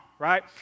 right